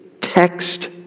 text